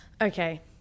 okay